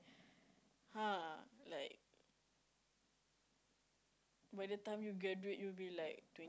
!huh! like by the time you graduate you will be like twenty